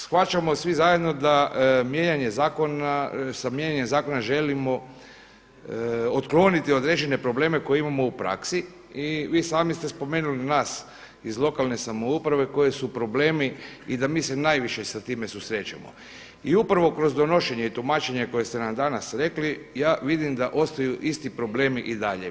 Shvaćamo svi zajedno da sa mijenjanjem zakona želimo otkloniti određene probleme koje imamo u praksi i vi sami ste spomenuli nas iz lokalne samouprave koji su problemi i da mi se najviše sa time susrećemo i upravo kroz donošenje i tumačenje koje ste nam danas rekli ja vidim da ostaju isti problemi i dalje.